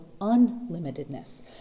unlimitedness